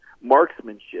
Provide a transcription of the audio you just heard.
marksmanship